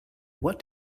what